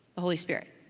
the holy spirit,